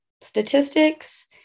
statistics